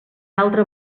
altra